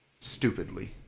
stupidly